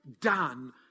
done